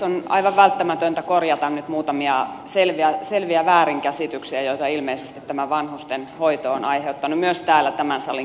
on aivan välttämätöntä korjata nyt muutamia selviä väärinkäsityksiä joita ilmeisesti tämä vanhustenhoito on aiheuttanut myös täällä tämän salin keskuudessa